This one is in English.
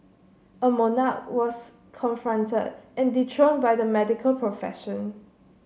a monarch was confronted and dethroned by the medical profession